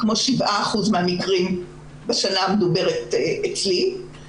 כמו 7% מהמקרים בשנה המדוברת אצלי.